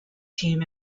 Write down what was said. team